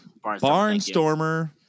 Barnstormer